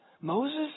Moses